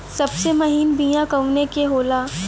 सबसे महीन बिया कवने के होला?